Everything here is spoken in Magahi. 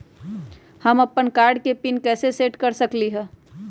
हम अपन कार्ड के पिन कैसे सेट कर सकली ह?